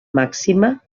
màxima